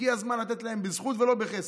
הגיע הזמן לתת להם בזכות ולא בחסד.